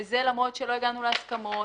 וזה למרות שלא הגענו להסכמות,